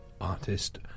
Artist